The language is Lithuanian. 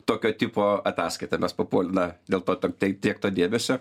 tokio tipo ataskaitą mes papuo na dėl to ta tiek to debesio